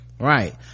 Right